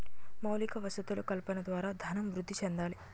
మౌలిక వసతులు కల్పన ద్వారా ధనం వృద్ధి చెందాలి